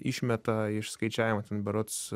išmeta iš skaičiavimo ten berods